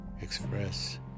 express